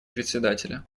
председателя